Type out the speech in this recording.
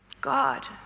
God